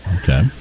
Okay